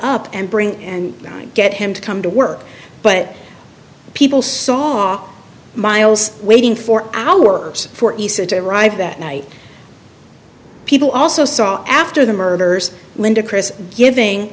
up and bring and get him to come to work but people saw miles waiting for hours for isa to arrive that night people also saw after the murders